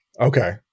Okay